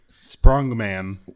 Sprungman